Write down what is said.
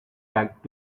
back